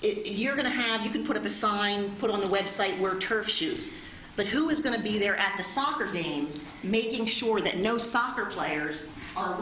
if you're going to have you can put up a sign put on the website where turf shoes but who is going to be there at the soccer game making sure that no soccer players are